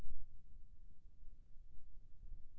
बीज से पौधा कैसे बनथे?